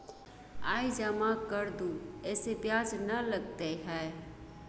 आय जमा कर दू ऐसे ब्याज ने लगतै है?